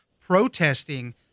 protesting